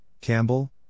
Campbell